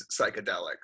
psychedelics